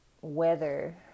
weather